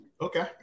Okay